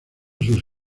sus